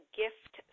gift